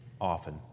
often